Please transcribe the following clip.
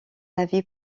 avis